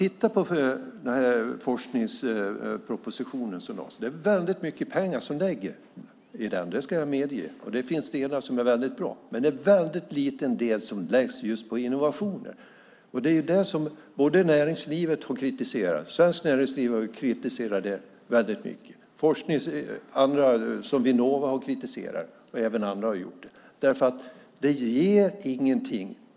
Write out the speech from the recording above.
I forskningspropositionen läggs det väldigt mycket pengar, det ska jag medge, och det finns delar som är mycket bra. Men det är en väldigt liten del som läggs på just innovationer. Det är det som näringslivet har kritiserat. Svenskt Näringsliv har kritiserat det väldigt mycket. Andra har också kritiserat det, till exempel Vinnova. Det ger ingenting.